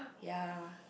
ya